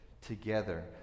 together